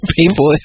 people